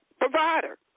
provider